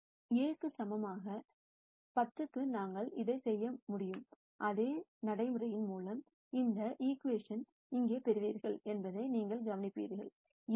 Λ சமமான 10 க்கு நாங்கள் இதைச் செய்ய முடியும் அதே நடைமுறையின் மூலம் இந்த ஈகிவேஷன் இங்கே பெறுவீர்கள் என்பதை நீங்கள் கவனிப்பீர்கள் 7X2 என்பது 2x